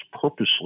purposely